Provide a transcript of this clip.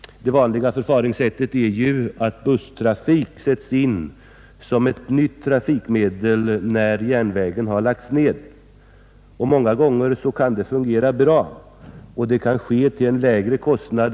Det vanliga förfaringssättet är ju att busslinjer upprättas som ersättning när järnvägslinjer läggs ned. Många gånger kan det fungera bra och till lägre kostnad.